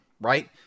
right